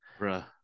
Bruh